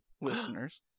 listeners